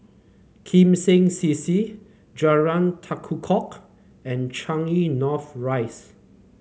Kim Seng C C Jalan Tekukor and Changi North Rise